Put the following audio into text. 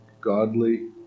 godly